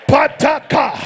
Pataka